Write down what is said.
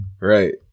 Right